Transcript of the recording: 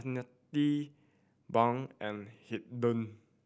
Arnetta Bunk and Haiden